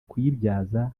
kuyibyaza